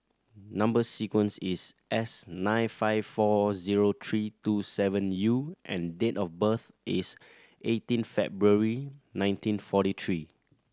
number sequence is S nine five four zero three two seven U and date of birth is eighteen February nineteen forty three